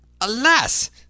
Alas